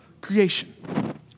creation